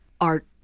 art